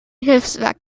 hilfswerk